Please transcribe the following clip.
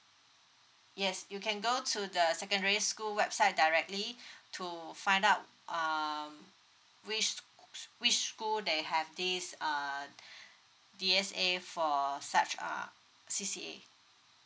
yes you can go to the secondary school website directly to find up um which which school they have this uh D_S_A for such uh C_C_A